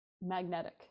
magnetic